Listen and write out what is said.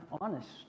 honest